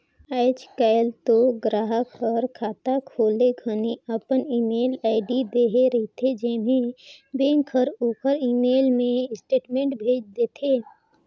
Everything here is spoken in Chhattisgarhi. आयज कायल तो गराहक हर खाता खोले घनी अपन ईमेल आईडी देहे रथे जेम्हें बेंक हर ओखर ईमेल मे स्टेटमेंट भेज देथे